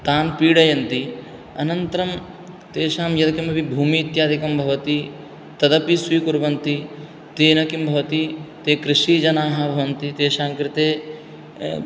तान् पीडयन्ति अनन्तरं तेषां यत् किमपि भूमिः इत्यादिकं भवति तदपि स्वीकुर्वन्ति तेन किं भवति ते कृषिजनाः भवन्ति तेषाङ्कृते